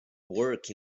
work